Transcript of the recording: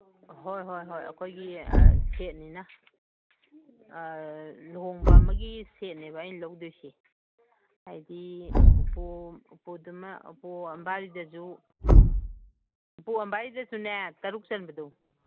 ꯍꯣꯏ ꯍꯣꯏ ꯍꯣꯏ ꯑꯩꯈꯣꯏꯒꯤ ꯁꯦꯠꯅꯤꯅ ꯂꯨꯍꯣꯡꯕ ꯑꯃꯒꯤ ꯁꯦꯠꯅꯦꯕ ꯑꯩꯅ ꯂꯧꯗꯣꯏꯁꯦ ꯍꯥꯏꯗꯤ ꯎꯄꯨ ꯎꯄꯨꯗꯨꯃ ꯎꯄꯨ ꯑꯝꯕꯥꯔꯤꯗꯁꯨ ꯎꯄꯨ ꯑꯝꯕꯥꯔꯤꯗꯁꯨꯅꯦ ꯇꯔꯨꯛ ꯆꯟꯕꯗꯨ